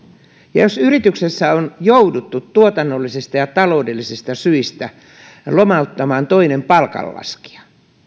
ja jos yrityksessä on jouduttu tuotannollisista ja taloudellisista syistä lomauttamaan toinen palkanlaskija